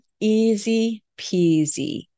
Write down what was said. Easy-peasy